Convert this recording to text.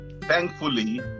Thankfully